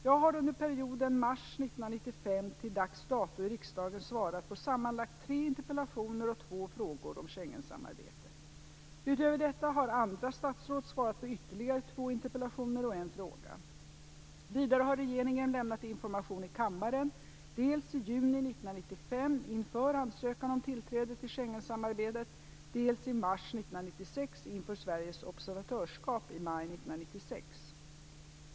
Jag har under perioden mars 1995 till dags dato i riksdagen svarat på sammanlagt tre interpellationer och två frågor om Schengensamarbetet. Utöver detta har andra statsråd svarat på ytterligare två interpellationer och en fråga. Vidare har regeringen lämnat information i kammaren, dels i juni 1995 inför ansökan om tillträde till Schengensamarbetet, dels i mars 1996 inför Sveriges observatörskap i maj 1996.